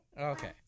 Okay